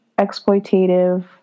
exploitative